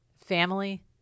family